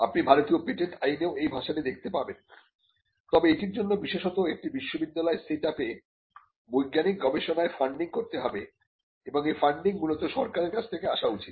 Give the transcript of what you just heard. আপনি ভারতীয় পেটেন্ট আইনেও এই ভাষাটি দেখতে পাবেন তবে এটির জন্য বিশেষত একটি বিশ্ববিদ্যালয় সেট আপে বৈজ্ঞানিক গবেষণায় ফান্ডিং করতে হবে এবং ফান্ডিং মূলত সরকারের কাছ থেকে আসা উচিত